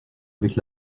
avec